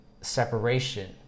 separation